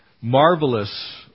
marvelous